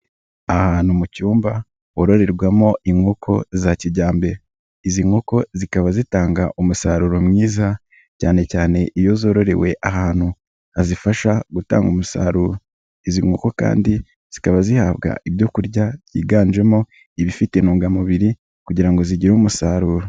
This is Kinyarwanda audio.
Ahantu mu cyumba hororerwamo inkoko za kijyambere, izi nkoko zikaba zitanga umusaruro mwiza cyane cyane iyo zororewe ahantu hazifasha gutanga umusaruro, izi nkoko kandi zikaba zihabwa ibyo kurya byiganjemo ibifite intungamubiri kugira ngo zigire umusaruro.